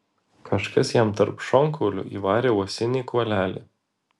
kažkas jam tarp šonkaulių įvarė uosinį kuolelį